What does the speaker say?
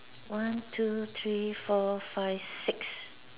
one two three four five six